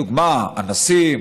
לדוגמה אנסים,